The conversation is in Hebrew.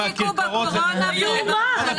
הלוואי והיא תעשה רבע ממה שעשה השר כ"ץ.